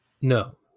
No